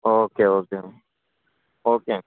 okay okay okay